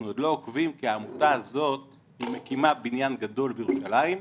אנחנו עוד לא עוקבים כי העמותה הזאת מקימה בניין גדול בירושלים.